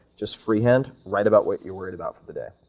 just freehand write about what you're worried about for the day,